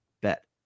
bet